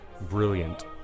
brilliant